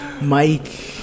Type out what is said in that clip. Mike